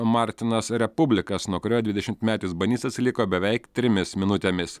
martinas republikas nuo kurio dvidešimmetis banys atsiliko beveik trimis minutėmis